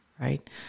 right